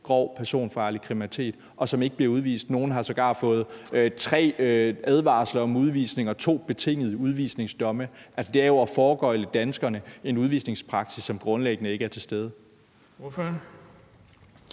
grov personfarlig kriminalitet, og som ikke bliver udvist. Nogle har sågar fået tre advarsler om udvisning og to betingede udvisningsdomme. Altså, det er jo at foregøgle danskerne en udvisningspraksis, som grundlæggende ikke er til stede.